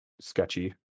sketchy